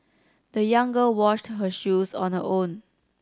the young girl washed her shoes on her own